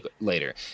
later